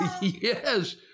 Yes